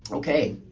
so okay,